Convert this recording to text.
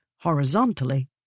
horizontally